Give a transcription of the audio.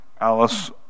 Alice